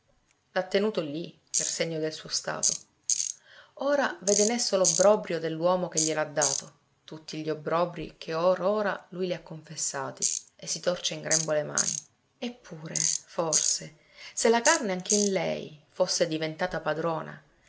l'ha tenuto lì per segno del suo stato ora vede in esso l'obbrobrio dell'uomo che gliel'ha dato tutti gli obbrobrii che or ora lui le ha confessati e si torce in grembo le mani eppure forse se la carne anche in lei fosse diventata padrona